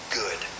good